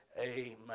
Amen